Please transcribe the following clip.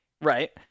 Right